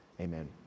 Amen